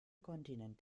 kontinent